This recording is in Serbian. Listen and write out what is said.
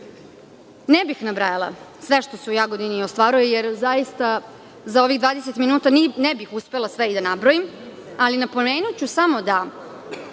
Ne bih nabrajala sve što se u Jagodini ostvaruje, jer za 20 minuta ne bih uspela sve i da nabroji, ali napomenuću samo da